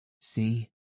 See